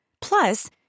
Plus